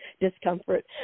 discomfort